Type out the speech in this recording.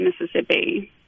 Mississippi